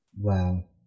Wow